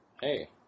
hey